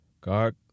God